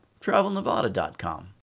travelnevada.com